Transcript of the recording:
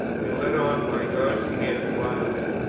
and led on by god's hand blindly,